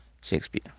Shakespeare